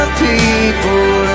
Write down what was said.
people